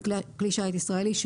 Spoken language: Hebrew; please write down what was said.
וכלי שיט ישראלי,